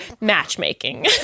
matchmaking